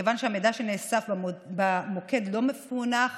מכיוון שהמידע שנאסף במוקד לא מפוענח